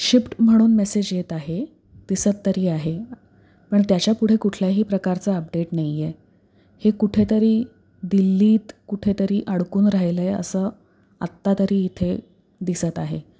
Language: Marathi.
शिफ्ट म्हणून मेसेज येत आहे दिसत तरी आहे पण त्याच्यापुढे कुठल्याही प्रकारचं अपडेट नाही आहे हे कुठेतरी दिल्लीत कुठेतरी अडकून राहिलं आहे असं आत्ता तरी इथे दिसत आहे